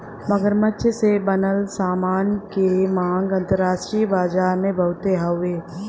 मगरमच्छ से बनल सामान के मांग अंतरराष्ट्रीय बाजार में बहुते हउवे